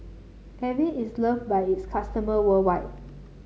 Avene is loved by its customer worldwide